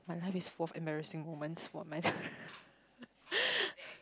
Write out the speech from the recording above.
oh my life is full of embarassing moments